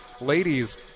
ladies